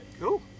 Cool